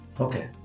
okay